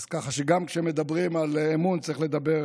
אז כשמדברים על אמון צריך לדבר